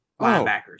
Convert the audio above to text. linebackers